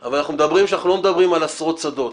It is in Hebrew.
התעופה הצבאיים אבל אנחנו לא מדברים על עשרות שדות